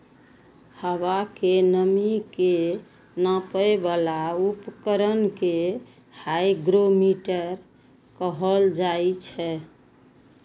हवा के नमी के नापै बला उपकरण कें हाइग्रोमीटर कहल जाइ छै